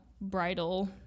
bridal